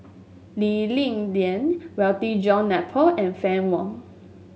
Lee Ling Lian Walter John Napier and Fann Wong